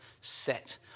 set